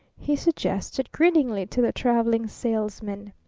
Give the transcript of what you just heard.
he suggested grinningly to the traveling salesman.